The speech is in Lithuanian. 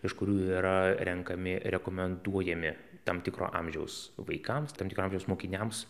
iš kurių yra renkami rekomenduojami tam tikro amžiaus vaikams tam tikro amžiaus mokiniams